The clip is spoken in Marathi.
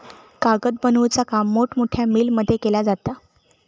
कागद बनवुचा काम मोठमोठ्या मिलमध्ये केला जाता